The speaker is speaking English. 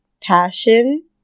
passion